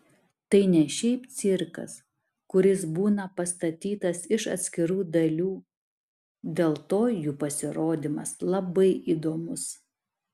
tai ne šiaip cirkas kuris būna pastatytas iš atskirų dalių dėl to jų pasirodymas labai įdomus